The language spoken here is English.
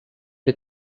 the